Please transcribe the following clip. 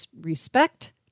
respect